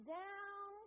down